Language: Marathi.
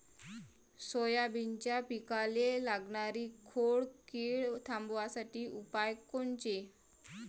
सोयाबीनच्या पिकाले लागनारी खोड किड थांबवासाठी उपाय कोनचे?